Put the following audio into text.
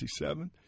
1967